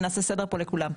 ונעשה סדר פה לכולם.